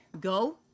Go